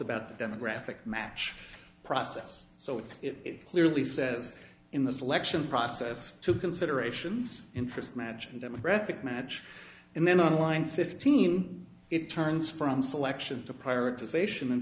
about the demographic match process so it's clearly says in the selection process to considerations interest magine demographic match and then online fifteen it turns from selection